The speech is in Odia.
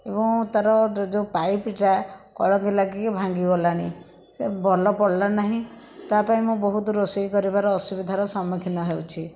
ଏବଂ ତାର ଯେଉଁ ପାଇପଟା କଳଙ୍କି ଲାଗିକି ଭାଙ୍ଗିଗଲାଣି ସେ ଭଲ ପଡ଼ିଲା ନାହିଁ ତା' ପାଇଁ ମୁଁ ବହୁତ ରୋଷେଇ କରିବାର ଅସୁବିଧାର ସମ୍ମୁଖୀନ ହେଉଛି